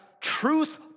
truth-